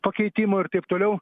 pakeitimo ir taip toliau